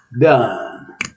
done